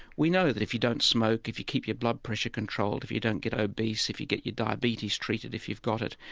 we know that if you don't smoke, if you keep your blood pressure controlled, if you don't get obese, if you get your diabetes treated if you've got it,